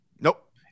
Nope